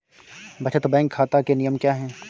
बचत बैंक खाता के नियम क्या हैं?